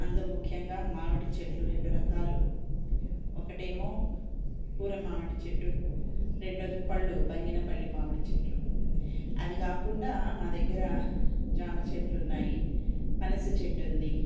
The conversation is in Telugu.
అందులో ముఖ్యంగా మామిడి చెట్లు రెండురకాలు ఒకటేమో ఊర మామిడి చెట్టు రెండోది పళ్ళు బంగినపల్లి మామిడి చెట్లు అది కాకుండా మా దగ్గర జామ చెట్లున్నాయి పనస చెట్టుంది